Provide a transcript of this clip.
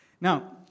Now